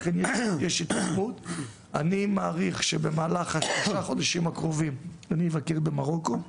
אני מעריך שבמהלך תשעת החודשים הקרובים אני אבקר במרוקו.